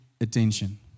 attention